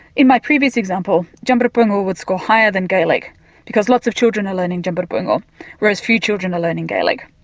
in my previous example djambarrpuyngu would score higher than gaelic because lots of children are learning djambarrpuyngu whereas few children are learning gaelic.